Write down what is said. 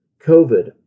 COVID